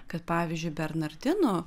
kad pavyzdžiui bernardinų